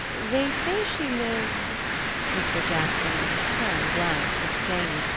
they say she lived mr. jackson in his turn glanced at janey,